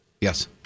Yes